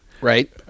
right